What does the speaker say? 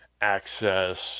access